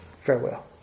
Farewell